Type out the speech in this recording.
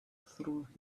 throughout